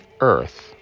earth